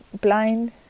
blind